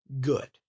good